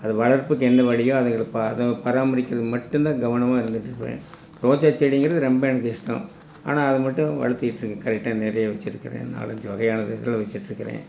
அது வளர்ப்புக்கு என்ன வழியோ அது அதை பராமரிக்கிறது மட்டும்தான் கவனமாக இருந்துகிட்ருக்கேன் ரோஜா செடிங்கிறது ரொம்ப எனக்கு இஷ்டம் ஆனால் அதை மட்டும் வளர்த்திக்கிட்ருக்கேன் கரெக்டாக நிறைய வச்சுருக்குறேன் நாலஞ்சு வகையானது எல்லா வச்சுக்கிட்ருக்குறேன்